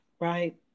right